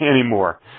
anymore